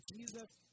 Jesus